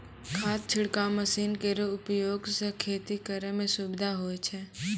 खाद छिड़काव मसीन केरो उपयोग सँ खेती करै म सुबिधा होय छै